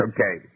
Okay